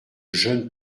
jeune